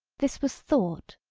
this was thought.